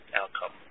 outcome